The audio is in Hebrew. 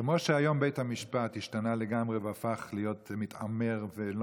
כמו שהיום בית המשפט השתנה לגמרי והפך להיות מתעמר ולא